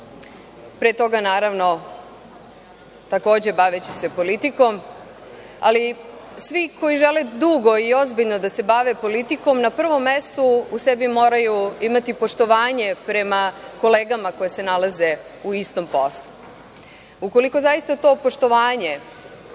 pre toga naravno takođe baveći se politikom, ali svi koji žele dugo i ozbiljno da se bave politikom na prvom mestu u sebi moraju imati poštovanje prema kolegama koje se nalaze u istom poslu. Ukoliko zaista to poštovanje,